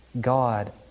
God